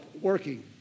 working